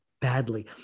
badly